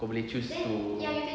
kau boleh choose to